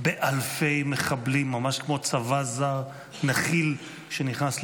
באלפי מחבלים, ממש כמו צבא זר, נחיל שנכנס למדינה.